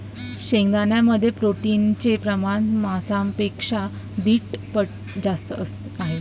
शेंगदाण्यांमध्ये प्रोटीनचे प्रमाण मांसापेक्षा दीड पट जास्त आहे